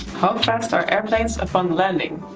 how fast are airplanes upon landing?